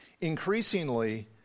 Increasingly